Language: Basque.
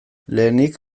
lehenik